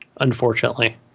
unfortunately